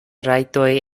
rajtoj